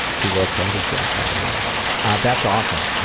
to ah caddyshack by the way. ah that's awesome, um,